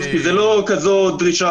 הוא יקבל את המידע על-פי כל דין